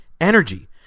energy